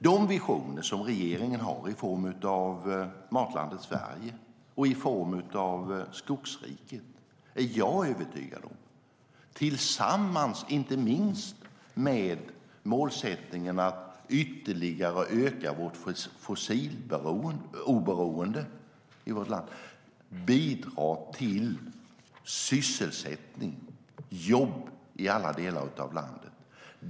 De visioner som regeringen har i form av Matlandet Sverige och Skogsriket är jag övertygad om, tillsammans med inte minst målsättningen att ytterligare öka vårt fossiloberoende i vårt land, bidrar till sysselsättning och jobb i alla delar av landet.